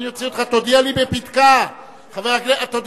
אני אוציא אותך כמה זמן,